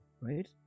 right